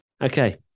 Okay